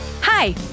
Hi